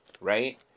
right